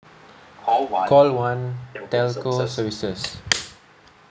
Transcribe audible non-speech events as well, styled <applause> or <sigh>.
call one telco services <noise>